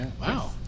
wow